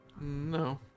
No